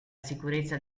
sicurezza